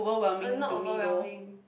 uh not overwhelming